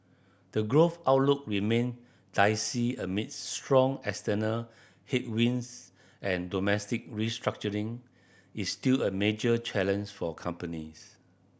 the growth outlook remain dicey amid strong external headwinds and domestic restructuring is still a major for companies